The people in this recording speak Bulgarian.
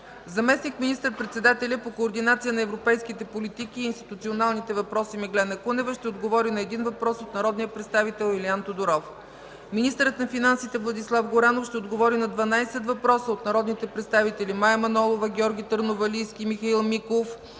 заместник министър-председателят по координация на европейските политики и институционалните въпроси Меглена Кунева ще отговори на един въпрос от народния представител Илиан Тодоров; – министърът на финансите Владислав Горанов ще отговори на 12 въпроса от народните представители Мая Манолова, Георги Търновалийски, Михаил Миков